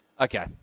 Okay